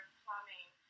plumbing